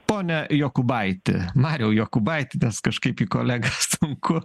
pone jokubaiti mariau jokubaiti nes kažkaip į kolegas sunku